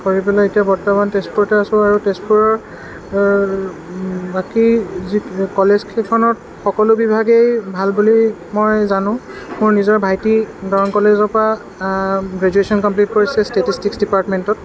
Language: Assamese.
কৰি পেলাই এতিয়া বৰ্তমান তেজপুৰতে আছোঁ আৰু তেজপুৰৰ বাকী যি কলেজ কেইখনত সকলো বিভাগেই ভাল বুলি মই জানো মোৰ নিজৰ ভাইটি দৰং কলেজৰ পৰা গ্ৰেজুৱেচন কমপ্লিট কৰিছে ষ্টেটিছটিক্স ডিপাৰ্টমেণ্টত